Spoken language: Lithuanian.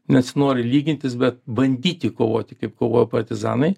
nesinori lygintis bet bandyti kovoti kaip kovojo partizanai